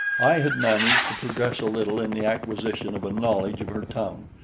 i had managed to progress a little in the acquisition of a knowledge of her tongue,